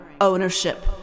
ownership